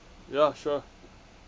ya sure